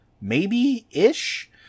maybe-ish